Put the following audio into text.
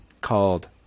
called